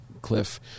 cliff